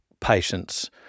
patients